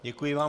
Děkuji vám.